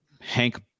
Hank